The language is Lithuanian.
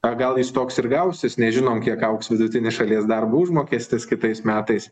ar gal jis toks ir gausis nežinom kiek augs vidutinis šalies darbo užmokestis kitais metais